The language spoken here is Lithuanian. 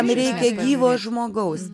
reikia gyvo žmogaus